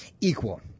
equal